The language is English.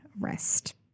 rest